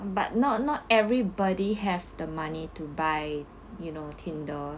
but not not everybody have the money to buy you know tinder